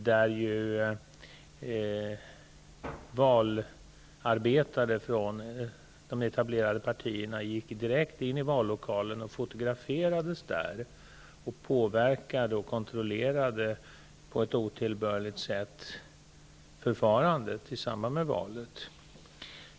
Där gick valarbetare från de etablerade partierna direkt in i vallokalen och fotograferades där och på ett otillbörligt sätt påverkade och kontrollerade förfarandet i samband med valet.